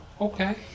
Okay